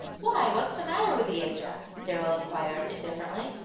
why, what's the matter with the ajax? darrell inquired, indifferently.